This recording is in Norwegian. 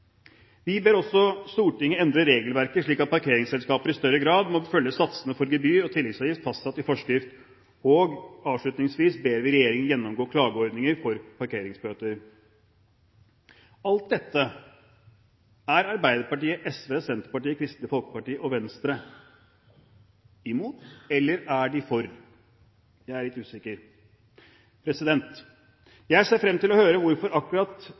Vi ber også Stortinget endre regelverket, slik at parkeringsselskaper i større grad må følge satsene for gebyr og tilleggsavgift fastsatt i forskrift. Avslutningsvis ber vi regjeringen gjennomgå klageordninger for parkeringsbøter. Alt dette er Arbeiderpartiet, SV, Senterpartiet, Kristelig Folkeparti og Venstre imot. Eller er de for? Jeg er litt usikker. Jeg ser frem til å høre hvorfor akkurat